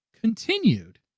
continued